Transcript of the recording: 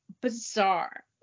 bizarre